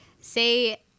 say